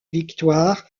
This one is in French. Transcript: victoire